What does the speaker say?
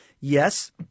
Yes